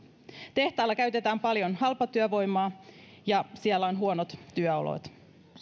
tehtailla käytetään paljon halpatyövoimaa ja siellä on huonot työolot